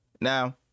Now